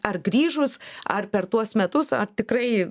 ar grįžus ar per tuos metus ar tikrai